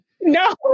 no